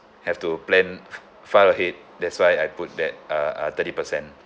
have to plan f~ far ahead that's why I put that uh uh thirty percent